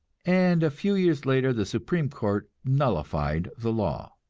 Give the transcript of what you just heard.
and a few years later the supreme court nullified the law.